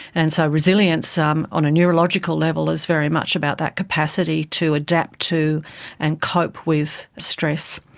and so resilience um on a neurological level is very much about that capacity to adapt to and cope with stress.